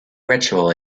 ritual